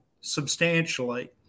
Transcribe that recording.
substantially